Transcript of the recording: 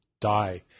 die